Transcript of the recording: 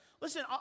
Listen